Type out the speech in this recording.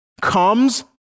comes